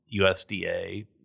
USDA